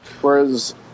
Whereas